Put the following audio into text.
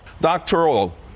Doctoral